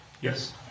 Yes